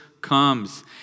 comes